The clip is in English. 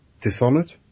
Dishonored